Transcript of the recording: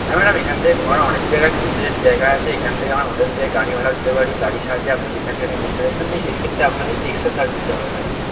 হ্যাঁ ম্যাডাম এখান থেকে ঘোরার অনেক জায়গায় ট্যুরিস্টের জায়গা আছে এখান থেকে আমরা হোটেল থেকে গাড়ি ভাড়া দিতে পারি গাড়ির সাহায্যে আপনি যেখানে সেখানে ঘুরতে যেতে কিন্তু এক্ষেত্রে আপনাকে এক্সট্রা চার্জ দিতে হবে ম্যাডাম